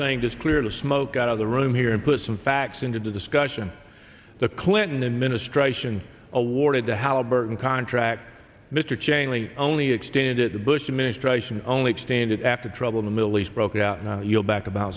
thing just cleared of smoke out of the room here and put some facts into discussion the clinton administration awarded the halliburton contract mr cheney only extended it the bush administration only expanded after trouble in the middle east broke out and you'll back about